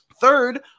third